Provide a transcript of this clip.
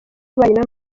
w’ububanyi